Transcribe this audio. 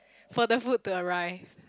for the food to arrive